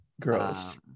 Gross